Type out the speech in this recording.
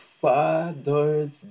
Father's